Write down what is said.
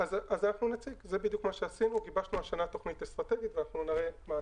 זה בדיוק מה שעשינו גיבשנו השנה תכנית אסטרטגית ואנחנו נראה אותה.